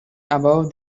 above